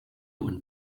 und